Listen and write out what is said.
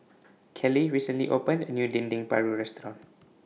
Kaleigh recently opened A New Dendeng Paru Restaurant